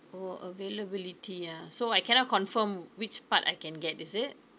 oh availability ah so I cannot confirm which part I can get is it